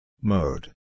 Mode